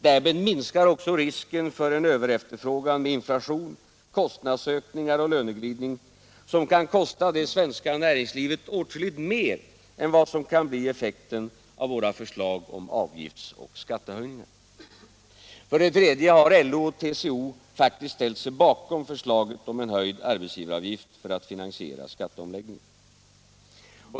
Därmed minskar också risken för en överefterfrågan med inflation, kostnadsökningar och löneglidning, som kan kosta det svenska näringslivet åtskilligt mer än vad som kan bli effekten av våra förslag om avgiftsoch skattehöjningar. För det tredje har LO och TCO faktiskt ställt sig bakom förslaget om en höjd arbetsgivaravgift för att finansiera skatteomläggningen.